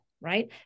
right